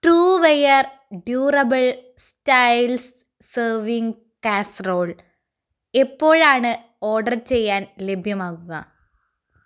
Trueware durable styles serving casserole എപ്പോഴാണ് order ചെയ്യാൻ ലഭ്യമാകുക